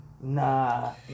Nah